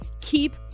keep